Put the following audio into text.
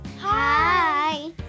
Hi